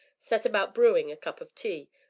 set about brewing a cup of tea,